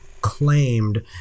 claimed